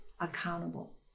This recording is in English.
accountable